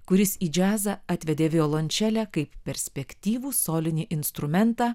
kuris į džiazą atvedė violončelę kaip perspektyvų solinį instrumentą